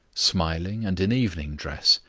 smiling and in evening dress,